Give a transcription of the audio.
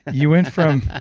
you went from